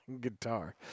Guitar